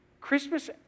Christmas